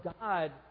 God